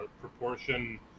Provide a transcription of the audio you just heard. proportion